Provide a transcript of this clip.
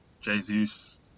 Jesus